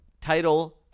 Title